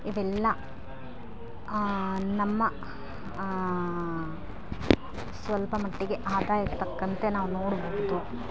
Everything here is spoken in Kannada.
ಇದೆಲ್ಲ ನಮ್ಮ ಸ್ವಲ್ಪ ಮಟ್ಟಿಗೆ ಆದಾಯಕ್ಕೆ ತಕ್ಕಂತೆ ನಾವು ನೋಡಬಹುದು